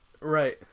Right